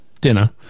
Dinner